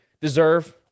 deserve